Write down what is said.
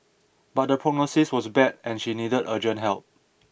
but the prognosis was bad and she needed urgent help